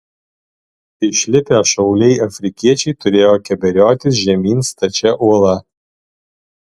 išlipę šauliai afrikiečiai turėjo keberiotis žemyn stačia uola